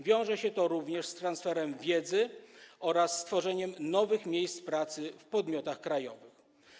Wiąże się to również z transferem wiedzy oraz ze stworzeniem nowych miejsc pracy w podmiotach krajowych.